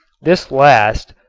this last,